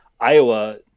Iowa